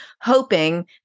hoping